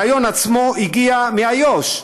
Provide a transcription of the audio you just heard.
הרעיון עצמו הגיע מאיו"ש,